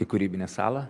į kūrybinę salą